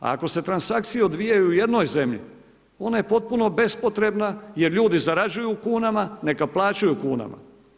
Ako se transakcijama odvijaju u jednoj zemlji ona je potpuno bespotrebna jer ljudi zarađuju u kunama, neka plaćaju u kunama.